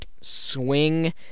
swing